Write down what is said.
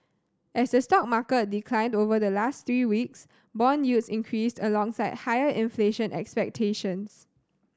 as the stock market declined over the last three weeks bond yields increased alongside higher inflation expectations